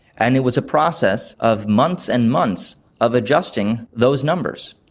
and it was a process of months and months of adjusting those numbers,